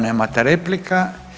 Nemate replika.